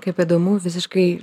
kaip įdomu visiškai